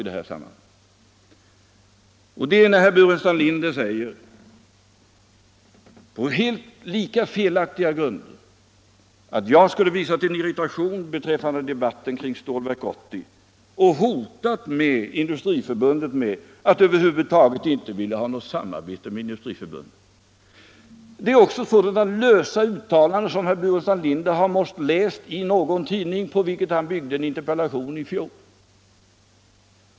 Herr Burenstam Linder säger, på lika felaktiga grunder, att jag skulle visat irritation beträffande debatten om Stålverk 80 och hotat Industriförbundet med att över huvud taget inte vilja ha något samarbete. Det var på sådana lösa uttalanden — vilka herr Burenstam Linder förmodligen läst i någon tidning — som han byggde en interpellation i fjol.